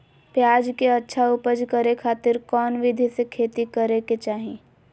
प्याज के अच्छा उपज करे खातिर कौन विधि से खेती करे के चाही?